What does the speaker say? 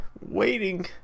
waiting